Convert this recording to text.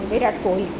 Virat Kohli